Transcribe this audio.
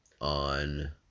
on